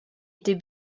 était